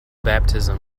baptism